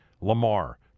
Lamar